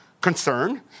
concern